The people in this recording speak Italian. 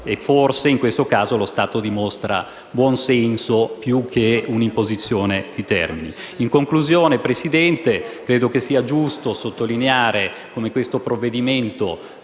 Forse, in questo caso, lo Stato dimostra buonsenso più che un'imposizione di termini. Signora Presidente, credo che sia giusto sottolineare come questo provvedimento